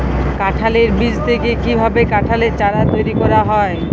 কাঁঠালের বীজ থেকে কীভাবে কাঁঠালের চারা তৈরি করা হয়?